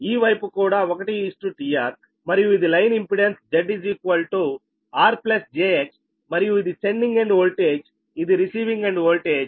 ఈ వైపు కూడా 1 tR మరియు ఇది line impedance Z R j X మరియు ఇది సెండింగ్ ఎండ్ వోల్టేజ్ ఇది రిసీవింగ్ ఎండ్ వోల్టేజ్